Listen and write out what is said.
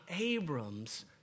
Abram's